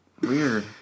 weird